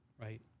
Right